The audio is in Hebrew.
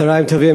צהריים טובים.